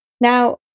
Now